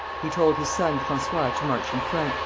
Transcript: he told his son francois to march in front,